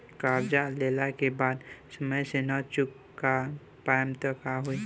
कर्जा लेला के बाद समय से ना चुका पाएम त का होई?